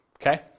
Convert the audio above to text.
Okay